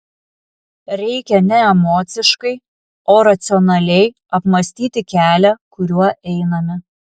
reikia ne emociškai o racionaliai apmąstyti kelią kuriuo einame